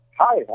Hi